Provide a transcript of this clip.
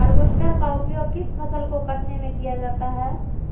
Harvester का उपयोग किस फसल को कटने में किया जाता है?